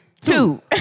Two